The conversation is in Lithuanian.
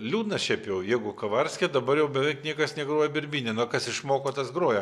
liūdna šiaip jau jeigu kavarske dabar jau beveik niekas negroja birbyne na kas išmoko tas groja